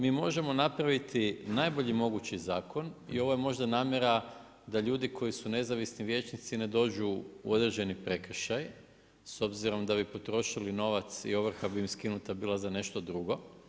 Mi možemo napraviti najbolji mogući zakon i ovo je možda namjera da ljudi koji su nezavisni vijećnici ne dođu u određeni prekršaj s obzirom da bi potrošili novac i ovrha bi im skinuta bila za nešto drugo.